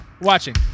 watching